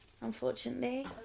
unfortunately